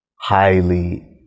highly